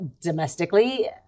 domestically